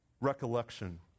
recollection